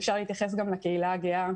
אין התייחסות שנותנת את הקול הזה.